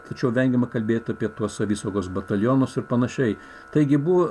tačiau vengiama kalbėti apie tuos savisaugos batalionus ir panašiai taigi buvo